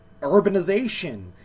urbanization